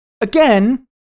Again